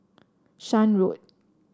Shan Road